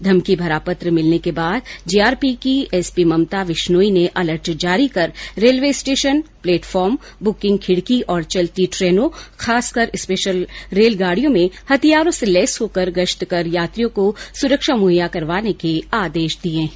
धमकी भरा पत्र मिलने के बाद जीआरपी की एसपी ममता बिश्नोई ने अलर्ट जारी कर रेलवे स्टेशन प्लेटफॉर्म बुकिंग खिडकी और चलती ट्रेनों खासकर स्पेशल रेल गाडियों में हथियारों से लैस होकर गश्त कर यात्रियों को सुरक्षा मुहैया करवाने के आदेश दिए हैं